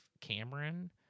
Cameron